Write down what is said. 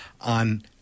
on